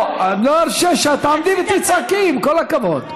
לא, אני לא ארשה שאת תעמדי ותצעקי, עם כל הכבוד.